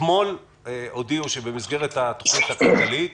אתמול הודיעו שבמסגרת התוכנית הכלכלית